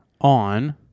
On